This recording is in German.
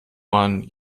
mann